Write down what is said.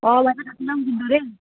অঁ বাইদেউ থাকি ল'ম কিন্তু দেই